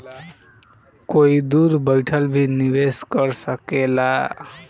कोई दूर बैठल भी निवेश कर सकेला